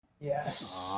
Yes